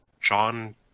John